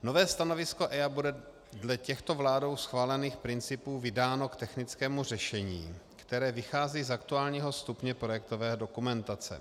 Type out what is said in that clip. Nové stanovisko EIA bude dle těchto vládou schválených principů vydáno k technickému řešení, které vychází z aktuálního stupně projektové dokumentace.